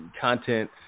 content